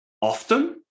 often